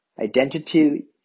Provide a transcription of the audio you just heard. Identity